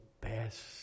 best